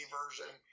version